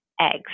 Eggs